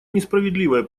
несправедливое